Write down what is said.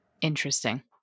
Interesting